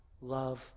love